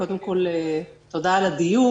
קודם כול תודה על הדיון.